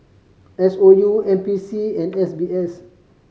S O U N P C and S B S